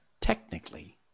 technically